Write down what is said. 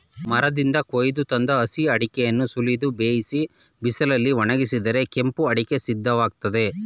ಮರದಿಂದ ಕೊಯ್ದು ತಂದ ಹಸಿರು ಅಡಿಕೆಯನ್ನು ಸುಲಿದು ಬೇಯಿಸಿ ಬಿಸಿಲಲ್ಲಿ ಒಣಗಿಸಿದರೆ ಕೆಂಪು ಅಡಿಕೆ ಸಿದ್ಧವಾಗ್ತದೆ